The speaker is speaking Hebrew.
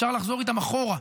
אפשר לחזור איתם אחורה.